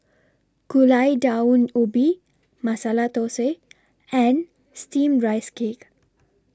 Gulai Daun Ubi Masala Thosai and Steamed Rice Cake